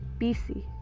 BC